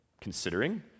considering